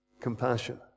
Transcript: Compassion